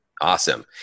Awesome